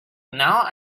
now